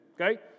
Okay